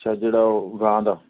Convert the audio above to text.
ਅੱਛਾ ਜਿਹੜਾ ਉਹ ਗਾਂ ਦਾ